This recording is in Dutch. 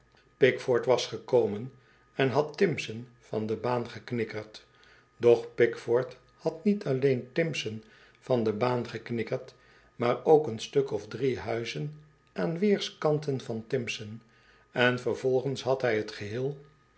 pickford was gekomen en had timpson van de baan geknikkerd doch pickford had niet alleen timpson van de baan geknikkerd maar ook een stuk of drie huizen aan weerskanten van timpson en vervolgens had hij t geheel